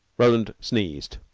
roland sneezed.